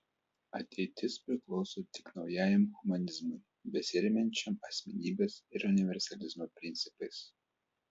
ateitis priklauso tik naujajam humanizmui besiremiančiam asmenybės ir universalizmo principais